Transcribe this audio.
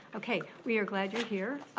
okay. we are glad you're here.